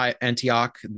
antioch